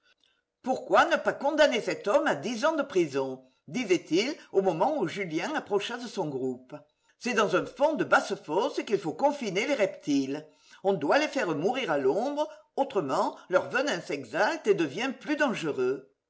pourquoi ne pas condamner cet homme à dix ans de prison disait-il au moment où julien approcha de son groupe c'est dans un fond de basse-fosse qu'il faut confiner les reptiles on doit les faire mourir à l'ombre autrement leur venin s'exalte et devient plus dangereux